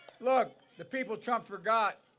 look, the people trump forgot,